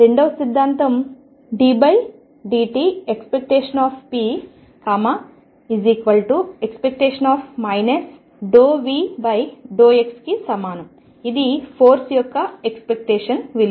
రెండవ సిద్ధాంతం ddt⟨p⟩ ⟨ ∂V∂x⟩ కి సమానం ఇది ఫోర్సు యొక్క ఎక్స్పెక్టేషన్ విలువ